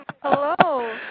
Hello